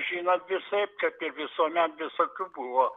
žinot visaip kaip ir visuomet visokių buvo